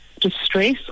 distress